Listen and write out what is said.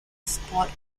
sport